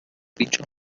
dicho